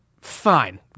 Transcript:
Fine